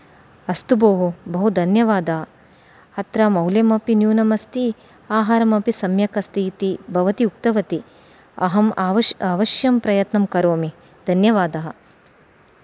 अस्तु भोः बहु धन्यवादाः अत्र मौल्यमपि न्यूनमस्ति आहारमपि सम्यक् अस्ति इति भवति उक्तवती अहम् आवश् अवश्यं प्रयत्नं करोमि धन्यवादः